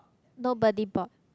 nobody bought